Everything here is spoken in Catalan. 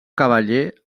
cavaller